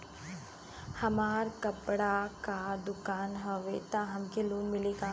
हमार कपड़ा क दुकान हउवे त हमके लोन मिली का?